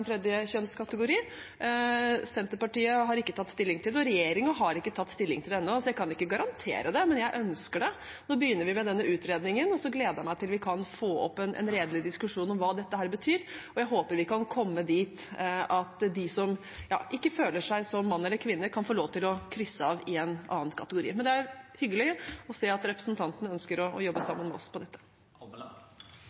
og regjeringen har ikke tatt stilling til det ennå, så jeg kan ikke garantere det, men jeg ønsker det. Nå begynner vi med denne utredningen, og så gleder jeg meg til at vi kan få en redelig diskusjon om hva dette betyr. Jeg håper vi kan komme dit at de som ikke føler seg som mann eller kvinne, kan få lov til å krysse av for en annen kategori. Men det er hyggelig å se at representanten ønsker å jobbe